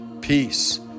peace